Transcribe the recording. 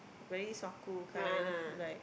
very suaku kind like